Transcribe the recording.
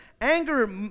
anger